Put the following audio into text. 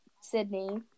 Sydney